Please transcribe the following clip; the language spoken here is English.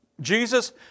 Jesus